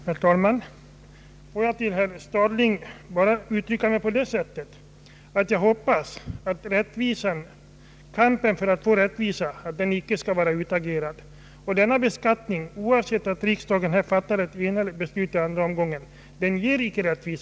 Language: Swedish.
Herr talman! Får jag bara till herr Stadling uttrycka mig så, att jag hoppas att kampen för rättvisa icke skall vara utagerad. Denna beskattning — även om riksdagen fattat ett enhälligt beslut i andra omgången — är icke rättvis.